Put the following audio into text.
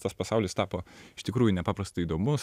tas pasaulis tapo iš tikrųjų nepaprastai įdomus